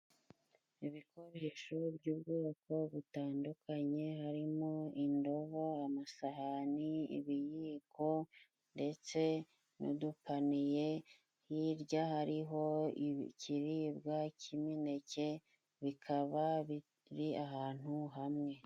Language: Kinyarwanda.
Ibikoresho by'ubwoko butandukanye harimo indobo, amasahani, ibiyiko ndetse n'udupaniye hirya hariho ikiribwa cy'imineke bikaba biri ahantu hamwe.